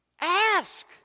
Ask